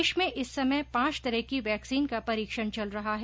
देश में इस समय पांच तरह की वैक्सीन का परीक्षण चल रहा है